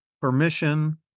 permission